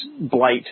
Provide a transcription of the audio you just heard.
blight